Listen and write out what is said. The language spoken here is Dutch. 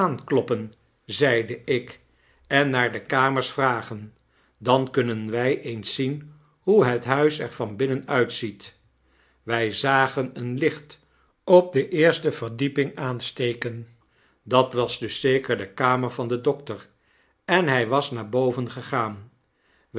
aankloppen zeide ik en naar de kamers vragen dan kunnen wy eens zien hoe het huis er van binnen uitziet wy zagen een licht op de eerste verdieping aansteken dat was dus zeker de kamer van den dokter en hy was naar boven gegaan